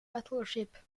battleship